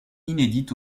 inédites